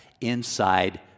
inside